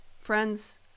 friends